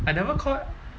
I never call